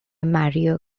mario